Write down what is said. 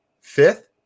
fifth